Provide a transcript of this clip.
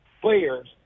players